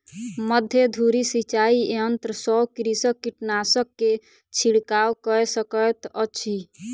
मध्य धूरी सिचाई यंत्र सॅ कृषक कीटनाशक के छिड़काव कय सकैत अछि